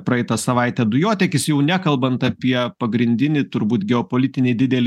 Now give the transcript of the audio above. praeitą savaitę dujotiekis jau nekalbant apie pagrindinį turbūt geopolitinį didelį